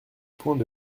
points